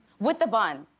with the bun.